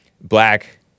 black